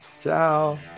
Ciao